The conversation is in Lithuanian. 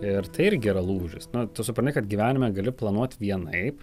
ir tai irgi yra lūžis nu tu supranti kad gyvenime gali planuot vienaip